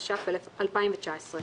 התש"ף-2019.